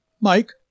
Mike